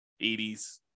80s